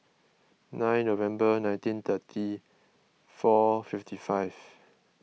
nine November nineteen thirty four fifty five